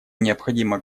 необходимо